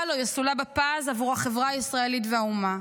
לא יסולא בפז עבור החברה הישראלית והאומה.